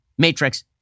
Matrix